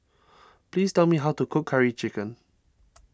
please tell me how to cook Curry Chicken